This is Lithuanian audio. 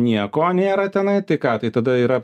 nieko nėra tenai tai ką tai tada yra